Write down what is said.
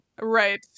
Right